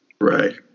Right